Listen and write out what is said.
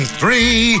three